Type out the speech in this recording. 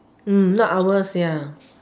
mm not ours ya